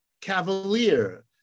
cavalier